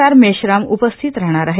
आरण मेश्राम उपस्थित राहणार आहेत